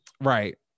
right